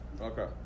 Okay